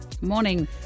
Morning